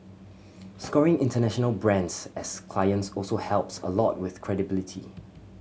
scoring international brands as clients also helps a lot with credibility